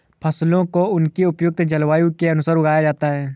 फसलों को उनकी उपयुक्त जलवायु के अनुसार उगाया जाता है